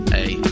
Hey